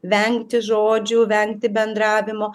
vengti žodžių vengti bendravimo